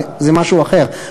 זה משהו אחר,